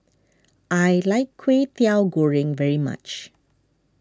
I like Kwetiau Goreng very much